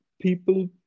people